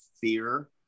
fear